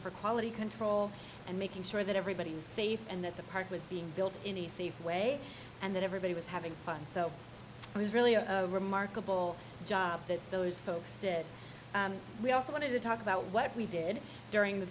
for quality control and making sure that everybody was safe and that the park was being built in a safe way and that everybody was having fun so it was really a remarkable job that those folks did we also want to talk about what we did during the